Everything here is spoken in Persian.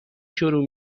شروع